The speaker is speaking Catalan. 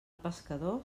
pescador